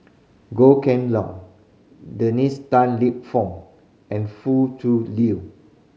Goh Kheng Long Dennis Tan Lip Fong and Foo Tui Liew